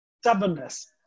stubbornness